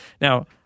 Now